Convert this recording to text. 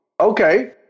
Okay